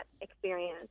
experience